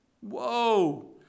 Whoa